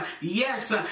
Yes